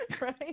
right